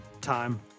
time